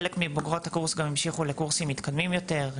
חלק מבוגרות הקורס גם המשיכו לקורסים מתקדמים יותר.